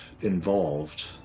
involved